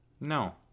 No